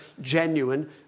genuine